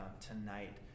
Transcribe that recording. Tonight